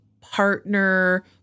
partner